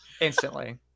Instantly